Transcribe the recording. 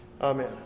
amen